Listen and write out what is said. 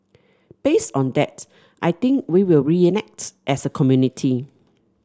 based on that I think we will react as a community